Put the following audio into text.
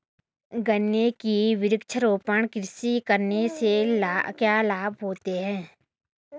गन्ने की वृक्षारोपण कृषि करने से क्या लाभ होते हैं?